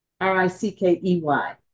R-I-C-K-E-Y